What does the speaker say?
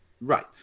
Right